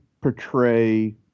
portray